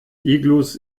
iglus